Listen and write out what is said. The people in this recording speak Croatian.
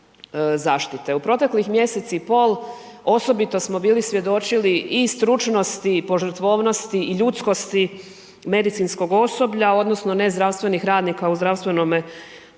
U proteklih mjesec i pol osobito smo bili svjedočili i stručnosti i požrtvovnosti i ljudskosti medicinskog osoblja odnosno ne zdravstvenih radnika u zdravstvenome sustavu.